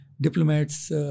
diplomats